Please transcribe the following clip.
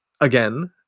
again